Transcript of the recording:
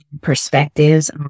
perspectives